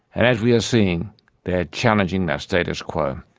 as we are seeing they are challenging that status quo.